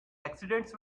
accidents